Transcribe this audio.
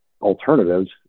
alternatives